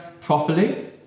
properly